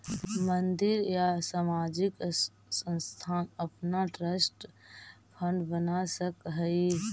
मंदिर या सामाजिक संस्थान अपना ट्रस्ट फंड बना सकऽ हई